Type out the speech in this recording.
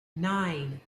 nine